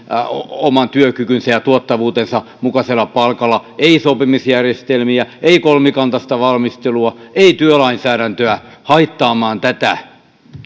oman työkykynsä ja tuottavuutensa mukaisella palkalla ei sopimisjärjestelmiä ei kolmikantaista valmistelua ei työlainsäädäntöä haittaamaan tätä